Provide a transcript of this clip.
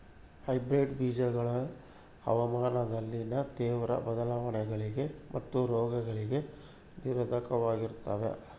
hybrid ಬೇಜಗಳು ಹವಾಮಾನದಲ್ಲಿನ ತೇವ್ರ ಬದಲಾವಣೆಗಳಿಗೆ ಮತ್ತು ರೋಗಗಳಿಗೆ ನಿರೋಧಕವಾಗಿರ್ತವ